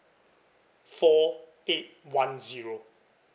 four eight one zero